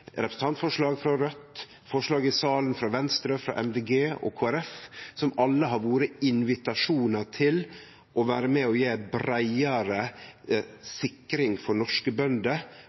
representantforslag frå Raudt og forslag i salen frå Venstre, Miljøpartiet Dei Grøne og Kristeleg Folkeparti – som alle har vore invitasjonar til å vere med og gje breiare sikring for at norske bønder